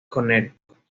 connecticut